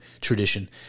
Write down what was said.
tradition